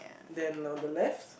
then on the left